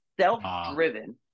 self-driven